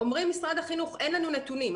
אומר משרד החינוך שאין לו נתונים,